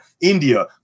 India